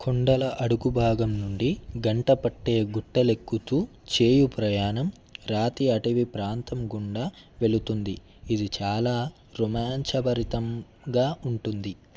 కొండల అడుగుభాగం నుండి గంట పట్టే గుట్టలెక్కుతు చేయు ప్రయాణం రాతి అటవీ ప్రాంతం గుండా వెళుతుంది ఇది చాలా రోమాంచభరితంగా ఉంటుంది